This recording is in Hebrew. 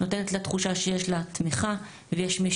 נותנת לה תחושה שיש לה תמיכה ויש מי